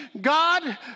God